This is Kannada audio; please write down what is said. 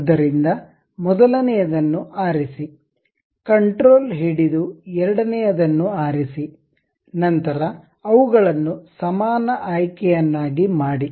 ಆದ್ದರಿಂದ ಮೊದಲನೆಯದನ್ನು ಆರಿಸಿ ಕಂಟ್ರೋಲ್ ಹಿಡಿದು ಎರಡನೆಯದನ್ನು ಆರಿಸಿ ನಂತರ ಅವುಗಳನ್ನು ಸಮಾನ ಆಯ್ಕೆಯನ್ನಾಗಿ ಮಾಡಿ